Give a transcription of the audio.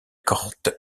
corte